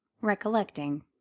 recollecting